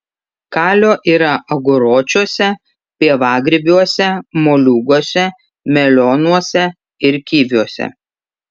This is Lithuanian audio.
kalio yra aguročiuose pievagrybiuose moliūguose melionuose ir kiviuose